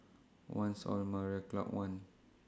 one's on Marina Club one